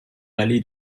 rallye